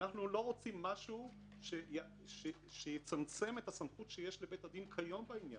אנחנו לא רוצים משהו שיצמצם את הסמכות שיש לבית הדין כיום בעניין,